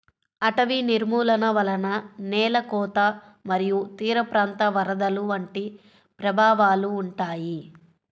అటవీ నిర్మూలన వలన నేల కోత మరియు తీరప్రాంత వరదలు వంటి ప్రభావాలు ఉంటాయి